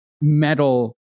metal